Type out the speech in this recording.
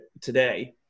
today